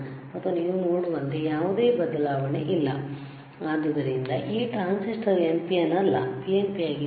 ಮತ್ತು ನೀವು ನೋಡುವಂತೆ ಯಾವುದೇ ಬದಲಾವಣೆ ಇಲ್ಲ ಆದ್ದರಿಂದ ಈ ಟ್ರಾನ್ಸಿಸ್ಟರ್ NPN ಅಲ್ಲ PNP ಆಗಿದೆಯೇ